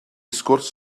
sgwrs